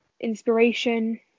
inspiration